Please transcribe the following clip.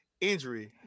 injury